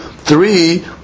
Three